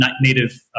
native